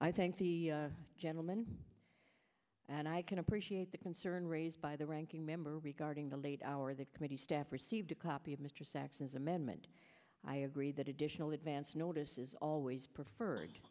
i thank the gentleman and i can appreciate the concern raised by the ranking member regarding the late hour of the committee staff received a copy of mr sax's amendment i agree that additional advance notice is always preferred